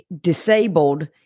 disabled